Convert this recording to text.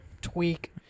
tweak